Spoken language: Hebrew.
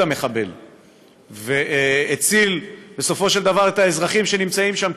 המחבל והציל בסופו של דבר את האזרחים שנמצאים שם,